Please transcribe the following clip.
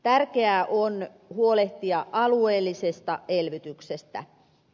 tärkeää on huolehtia alueellisesta elvytyksestä